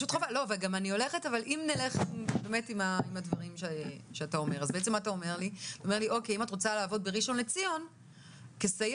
אם נלך אם מה שאפי אומר אז מי שרוצה לעבוד בראשון לציון כסייעת